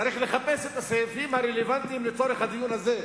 צריך לחפש את הסעיפים הרלוונטיים לדיון הזה.